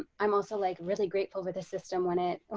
um i'm also like really grateful for the system when it,